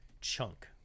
Chunk